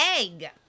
egg